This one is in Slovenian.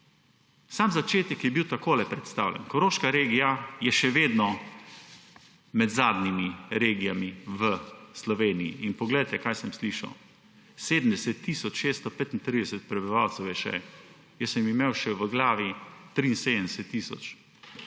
Sam začetek je bil takole predstavljen. Koroška regija je še vedno med zadnjimi regijami v Sloveniji. Poglejte, kaj sem slišal: 70 tisoč 635 prebivalcev je še. Jaz sem imel v glavi še